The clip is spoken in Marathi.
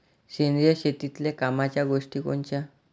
सेंद्रिय शेतीतले कामाच्या गोष्टी कोनच्या?